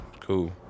cool